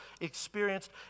experienced